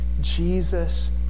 Jesus